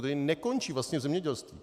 Tedy nekončí vlastně v zemědělství!